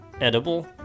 edible